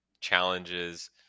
challenges